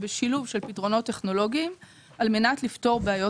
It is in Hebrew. בשילוב של פתרונות טכנולוגיים על מנת לפתור בעיות